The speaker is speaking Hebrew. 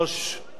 בתופעה